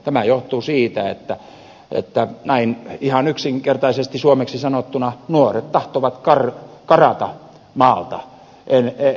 tämä johtuu siitä että näin ihan yksinkertaisesti suomeksi sanottuna nuoret tahtovat karata maalta